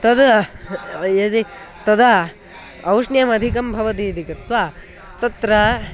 तद् यदि तदा औष्ण्यमधिकं भवति इति कृत्वा तत्र